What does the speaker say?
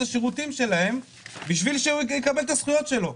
השירותים שלהן בשביל שהוא יקבל את הזכויות שלו.